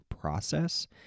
process